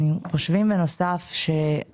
אם